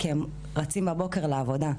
כי הם רצים בבוקר לעבודה,